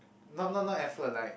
not not not effort like